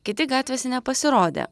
kiti gatvėse nepasirodė